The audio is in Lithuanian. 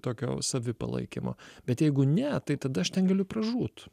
tokio savipalaikymo bet jeigu ne tai tada aš ten galiu pražūt